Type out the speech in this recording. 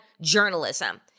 journalism